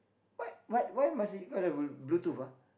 what what why must it call the blue Bluetooth ah